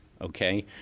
okay